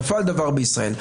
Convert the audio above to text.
נפל דבר בישראל.